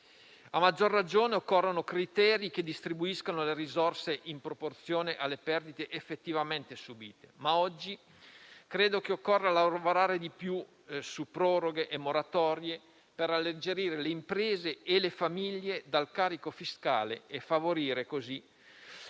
A maggior ragione occorrono criteri che distribuiscano le risorse, in proporzione alle perdite effettivamente subite, ma oggi credo che occorra lavorare di più su proroghe e moratorie, per alleggerire le imprese e le famiglie dal carico fiscale e favorire così